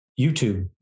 YouTube